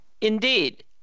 Indeed